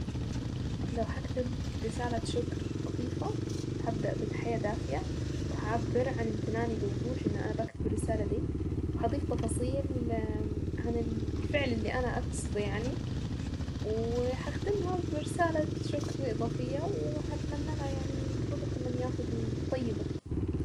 لو هكتب رسالة شكر لطيفة هبدأ بتحية دافية وهعبر عن امتناني بوضوح اني انا بكتب الرسالة دي وهضيف تفاصيل عن الفعل اللي انا اكقده يعني وهختمها برسالة شكر اضافية وهتمنى لها يعني كل التمنيات الطيبة.